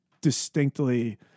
distinctly